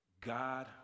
God